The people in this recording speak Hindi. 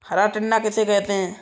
हरा टिड्डा किसे कहते हैं?